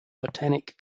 botanic